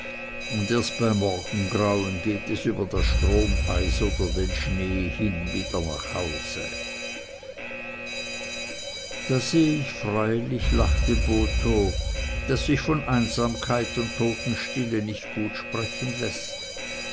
und erst bei morgengrauen geht es über das stromeis oder den schnee hin wieder nach hause da seh ich freilich lachte botho daß sich von einsamkeit und totenstille nicht gut sprechen läßt